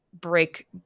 break